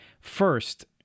First